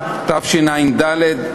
השקעות של רוכשי דירות) (תיקון מס' 7),